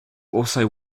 also